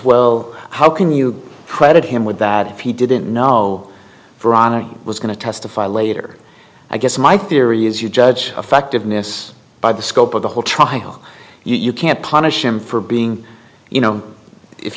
well how can you credit him with that if he didn't know for honoring was going to testify later i guess my theory is you judge effectiveness by the scope of the whole trial you can't punish him for being you know if